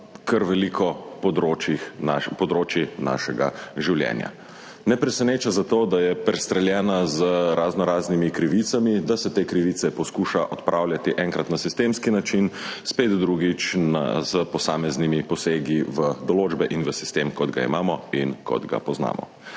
kar veliko področij našega življenja. Zato ne preseneča, da je prestreljena z raznoraznimi krivicami, da se te krivice poskuša odpravljati enkrat na sistemski način, spet drugič s posameznimi posegi v določbe in v sistem, kot ga imamo in kot ga poznamo.